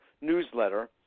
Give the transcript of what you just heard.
newsletter